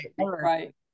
Right